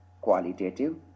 qualitative